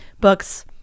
books